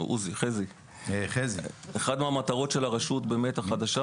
אחת המטרות של הרשות החדשה